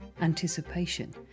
anticipation